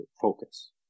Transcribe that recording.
focus